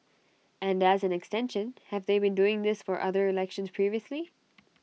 and as an extension have they been doing this for other elections previously